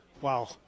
Wow